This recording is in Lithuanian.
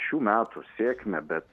šių metų sėkmę bet